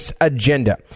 agenda